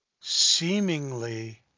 seemingly